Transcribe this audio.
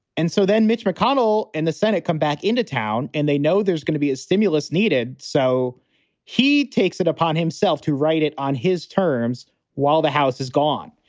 and so then mitch mcconnell and the senate come back into town and they know there's going to be a stimulus needed. so he takes it upon himself to write it on his terms while the house is gone.